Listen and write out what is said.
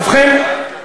ובכן,